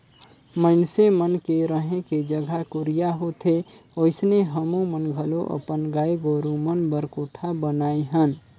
मइनसे मन के रहें के जघा कुरिया होथे ओइसने हमुमन घलो अपन गाय गोरु मन बर कोठा बनाये हन